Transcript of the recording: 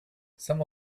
some